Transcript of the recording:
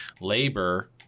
Labor